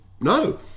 no